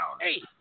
Hey